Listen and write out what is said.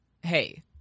Hey